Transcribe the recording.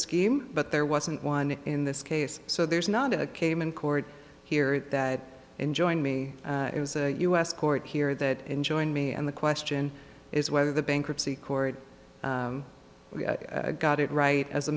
scheme but there wasn't one in this case so there's not a cayman court here that enjoined me it was a us court here that enjoined me and the question is whether the bankruptcy court got it right as a